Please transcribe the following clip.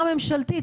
הממשלתית.